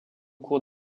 cours